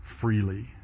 freely